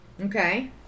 Okay